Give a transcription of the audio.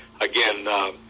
again